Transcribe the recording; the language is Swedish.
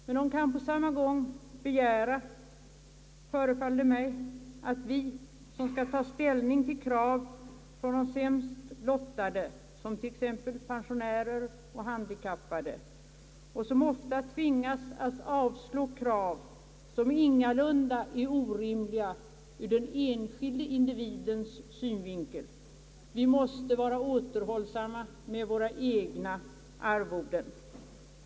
Men de kan på samma gång begära, förefaller det mig att vi, som skall ta ställning till krav från de sämst lottade, t.ex. pensionärer och handikappade, och som därvid ofta tvingas att avslå krav som ingalunda är orimliga ur den enskilde individens synvinkel, måste vara återhållsamma med våra egna förmåner.